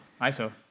Iso